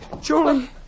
Julie